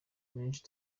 menshi